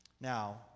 Now